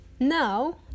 Now